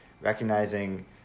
recognizing